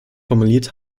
formuliert